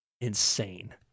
insane